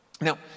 now